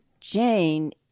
Jane